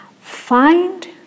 find